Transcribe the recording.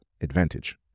advantage